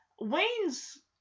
Wayne's